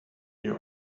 you